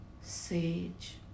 sage